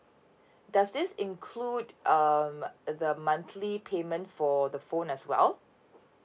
does this include um the monthly payment for the phone as well